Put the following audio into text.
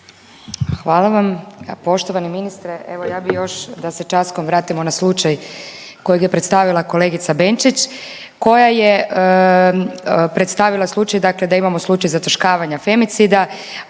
Hvala vam. Poštovani ministre, evo ja bih još da se časkom vratimo na slučaj kojeg je predstavila kolegica Benčić koja je predstavila slučaj dakle da imamo slučaj zataškavanja femicida,